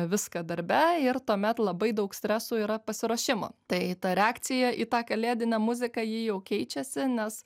viską darbe ir tuomet labai daug streso yra pasiruošimo tai ta reakcija į tą kalėdinę muziką ji jau keičiasi nes